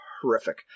horrific